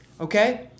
okay